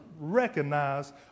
recognize